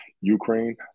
Ukraine